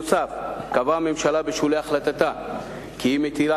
נוסף על כך קבעה הממשלה בשולי החלטתה כי היא מטילה